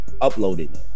uploading